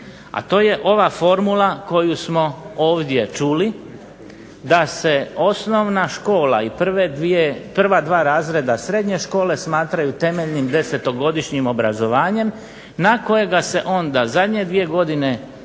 A to je ova formula koju smo ovdje čuli, da se osnovna škola i prva dva razreda srednje škole smatraju temeljnim desetogodišnjim obrazovanjem na kojega se onda zadnje dvije godine